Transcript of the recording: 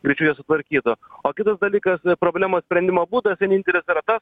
greičiau juos sutvarkytų o kitas dalykas problemos sprendimo būdas vienintelis yra tas